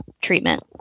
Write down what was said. treatment